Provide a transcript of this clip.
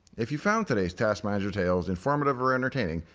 if you found today's task manager tales informative or entertaining,